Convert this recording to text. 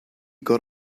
got